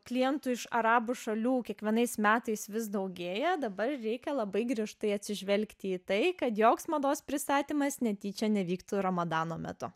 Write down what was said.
klientų iš arabų šalių kiekvienais metais vis daugėja dabar reikia labai griežtai atsižvelgti į tai kad joks mados pristatymas netyčia nevyktų ramadano metu